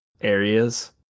areas